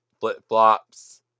flip-flops